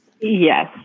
Yes